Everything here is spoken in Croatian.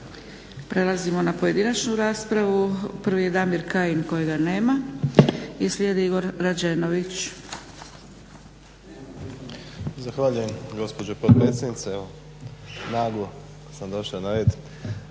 Prelazimo na pojedinačnu raspravu, prvi je Damir Kajin kojega nema i slijedi Igor Rađenović.